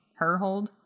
Herhold